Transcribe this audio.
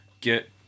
get